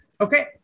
Okay